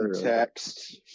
text